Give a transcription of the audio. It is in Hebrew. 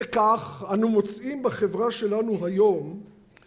כך אנו מוצאים בחברה שלנו היום